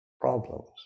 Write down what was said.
problems